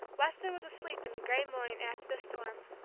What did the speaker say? weston was asleep in the gray morning, after the storm.